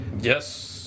Yes